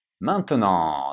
Maintenant